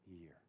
year